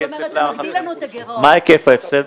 מה היקף ההפסד?